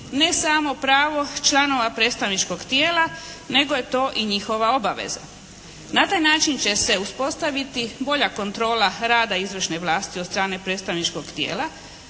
ne samo pravo članova predstavničkog tijela nego je to i njihova obaveza. Na taj način će se uspostaviti bolja kontrola rada izvršne vlasti od strane predstavničkog tijela